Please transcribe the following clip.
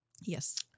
Yes